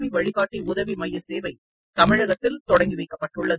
நாட்டிலேயே வழிகாட்டி உதவி மைய சேவை தமிழகத்தில் தொடங்கி வைக்கப்பட்டுள்ளது